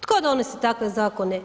Tko donosi takve zakone?